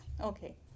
okay